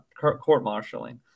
court-martialing